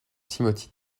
timothy